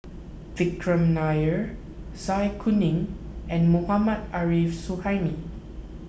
Vikram Nair Zai Kuning and Mohammad Arif Suhaimi